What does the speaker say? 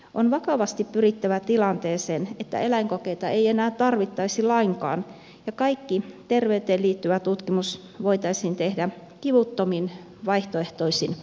on vakavasti pyrittävä tilanteeseen että eläinkokeita ei enää tarvittaisi lainkaan ja kaikki terveyteen liittyvä tutkimus voitaisiin tehdä kivuttomin vaihtoehtoisin menetelmin